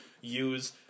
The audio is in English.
use